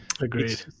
Agreed